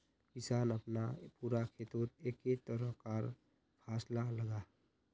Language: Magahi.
किसान अपना पूरा खेतोत एके तरह कार फासला लगाः